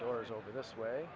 doors over this way